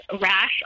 rash